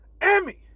Emmy